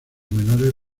menores